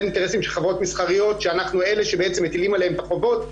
אינטרסים של חברות מסחריות שאנחנו אלה שבעצם מטילים עליהם את החובות,